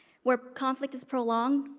where conflict is prolonged,